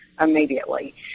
immediately